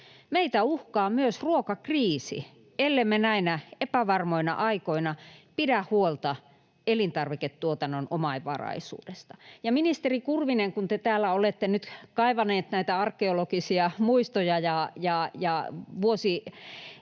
Meitä uhkaa myös ruokakriisi, ellemme näinä epävarmoina aikoina pidä huolta elintarviketuotannon omavaraisuudesta. Ministeri Kurvinen, te täällä olette nyt kaivanut näitä arkeologisia muistoja ja vuosien